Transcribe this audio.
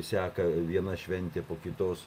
seka viena šventė po kitos